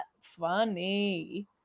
funny